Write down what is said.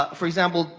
ah for example,